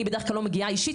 אני בדרך כלל לא מגיעה אישית.